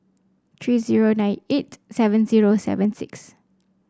three zero nine eight seven zero seven six